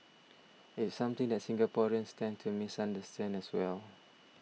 it's something that Singaporeans tend to misunderstand as well